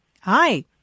Hi